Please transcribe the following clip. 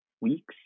weeks